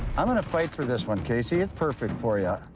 i'm gonna fight for this one. casey, it's perfect for yeah